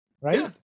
right